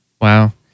Wow